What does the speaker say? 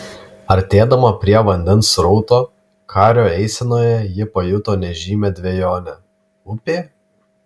artėdama prie vandens srauto kario eisenoje ji pajuto nežymią dvejonę upė